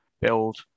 build